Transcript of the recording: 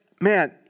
man